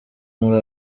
muri